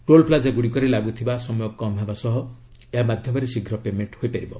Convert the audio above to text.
toll plaza ଗୁଡ଼ିକରେ ଲାଗୁଥିବା ସମୟ କମ୍ ହେବା ସହ ଏହା ମାଧ୍ୟମରେ ଶୀଘ୍ର ପେମେଣ୍ଟ ହୋଇପାରିବ